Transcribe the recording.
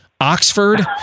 Oxford